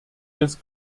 des